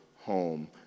home